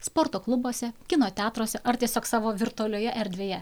sporto klubuose kino teatruose ar tiesiog savo virtualioje erdvėje